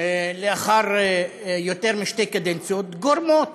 לאחר יותר משתי קדנציות גורמות